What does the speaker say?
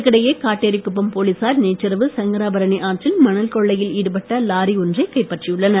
இதற்கிடையே காட்டேரிக்குப்பம் போலீசார் நேற்று இரவு சங்கராபரணி ஆற்றில் மணல் கொள்ளையில் ஈடுபட்ட லாரி ஒன்றை கைப்பற்றியுள்ளனர்